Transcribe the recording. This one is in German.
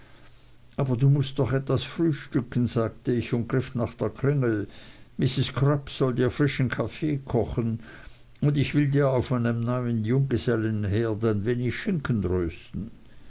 aber du mußt doch etwas frühstücken sagte ich und griff nach der klingel mrs crupp soll dir frischen kaffee kochen und ich will dir auf meinem neuen junggesellenherd ein wenig schinken rösten